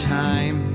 time